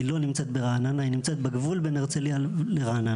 היא לא נמצאת ברעננה היא נמצאת בגבול שבין הרצליה לרעננה,